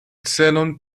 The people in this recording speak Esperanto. celon